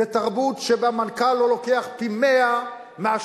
זה תרבות שבה מנכ"ל לא לוקח פי 100 משכיר.